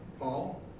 Paul